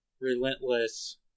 relentless